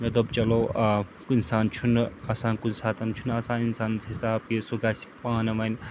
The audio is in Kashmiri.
مےٚ دوٚپ چلو کُنہِ سانہٕ چھُنہٕ آسان کُنہِ ساتہٕ چھُنہٕ آسان اِنسانَس حِساب کہِ سُہ گژھِ پانہٕ وَنہِ